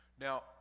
now